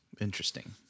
Interesting